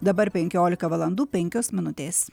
dabar penkiolika valandų penkios minutės